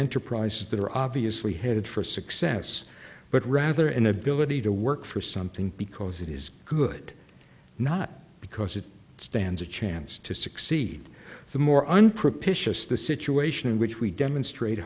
enterprises that are obviously headed for success but rather an ability to work for something because it is good not because it stands a chance to succeed the more unpropitious the situation in which we demonstrate